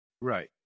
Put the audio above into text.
Right